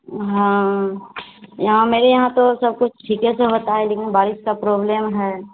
हाँ यहाँ मेरे यहाँ तो सबकुछ ठीके से होता है लेकिन बारिश की प्रॉब्लम है